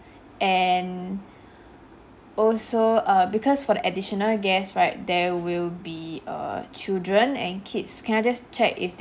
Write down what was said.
and also err because for the additional guests right there will be err children and kids can I just check if the~